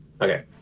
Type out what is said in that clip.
Okay